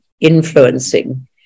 influencing